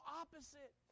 opposite